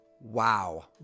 wow